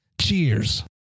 Cheers